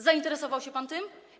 Zainteresował się pan tym?